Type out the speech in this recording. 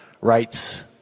rights